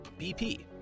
BP